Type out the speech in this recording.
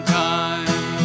time